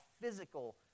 physical